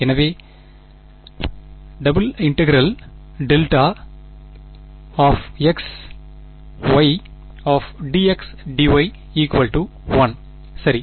எனவே ∫∫δx ydxdy 1 சரி